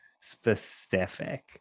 specific